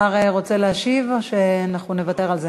השר רוצה להשיב או שאנחנו נוותר על זה?